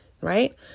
Right